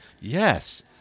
Yes